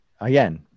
again